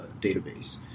Database